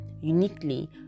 uniquely